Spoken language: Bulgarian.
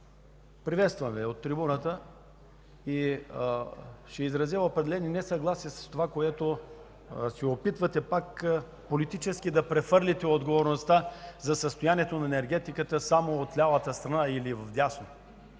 Приветствам Ви от трибуната. Ще изразя определени несъгласия с това, което се опитвате – пак политически да прехвърлите отговорността за състоянието на енергетиката само от лявата страна или вдясно.